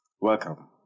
Welcome